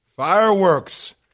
fireworks